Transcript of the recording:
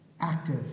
active